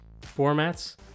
formats